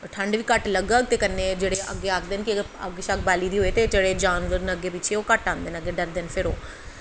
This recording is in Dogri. ठंड बी घट्ट लग्गे ते कन्नै आखदे न अग्ग शग्ग बाली दी होऐ ते जेह्ड़े जानवर न ओह् घट्ट आंदे न डरदे न